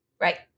Right